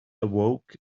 awoke